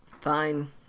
fine